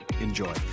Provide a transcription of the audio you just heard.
Enjoy